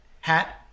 hat